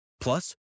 Plus